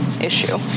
issue